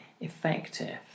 effective